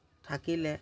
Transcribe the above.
থাকিলে